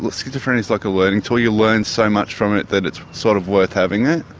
but schizophrenia is like a learning tool, you learn so much from it that it's sort of worth having it